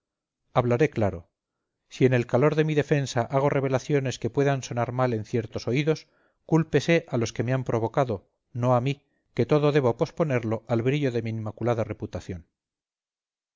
hablaré claro si en el calor de mi defensa hago revelaciones que puedan sonar mal en ciertos oídos cúlpese a los que me han provocado no a mí que todo debo posponerlo al brillo de mi inmaculada reputación